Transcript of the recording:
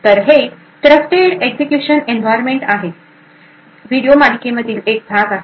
तर हे trusted execution environment video मालिकेमधील एक भाग आहे